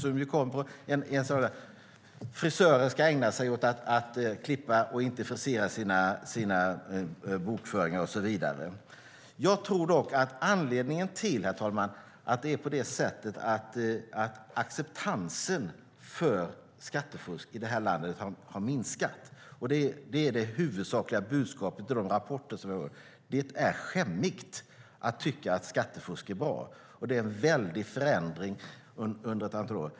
Och frisörer ska ägna sig åt att klippa hår och inte frisera sina bokföringar och så vidare. Jag tror dock att anledningen till att acceptansen för skattefusk har minskat i landet är att det är skämmigt att tycka att skattefusk är bra - det är det huvudsakliga budskapet i de rapporter vi hör. Det är en väldig förändring på ett antal år.